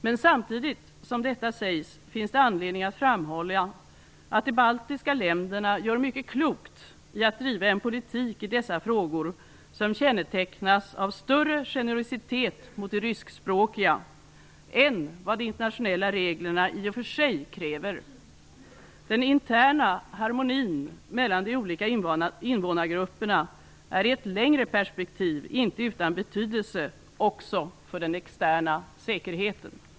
Men samtidigt som detta sägs finns det anledning att framhålla, att de baltiska länderna gör mycket klokt i att driva en politik i dessa frågor som kännetecknas av större generositet mot de ryskspråkiga än vad de internationella reglerna i och för sig kräver. Den interna harmonin mellan de olika invånargrupperna är i ett längre perspektiv inte utan betydelse också för den externa säkerheten.